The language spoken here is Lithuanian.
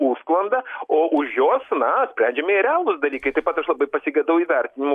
užsklanda o už jos na sprendžiami realūs dalykai taip pat aš labai pasigedau įvertinimų